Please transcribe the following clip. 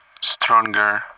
stronger